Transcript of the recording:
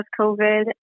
COVID